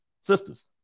sisters